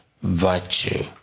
Virtue